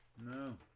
No